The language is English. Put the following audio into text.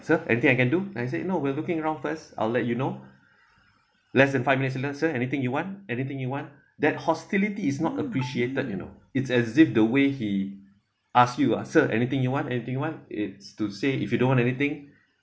sir anything I can do I said no we're looking around first I'll let you know less than five minutes or lesser anything you want anything you want that hostility is not appreciated you know it's as if the way he ask you ah sir anything you want anything you want it's to say if you don't want anything